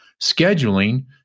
scheduling